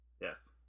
Yes